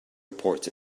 report